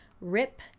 Rip